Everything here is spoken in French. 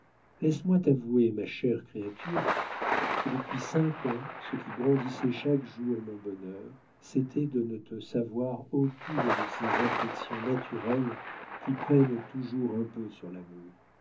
moi t'avouer ma chère créature que depuis cinq ans ce qui grandissait chaque jour mon bonheur c'était de ne te savoir aucune de ces affections naturelles qui prennent toujours un peu sur l'amour